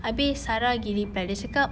habis sarah pergi reply dia cakap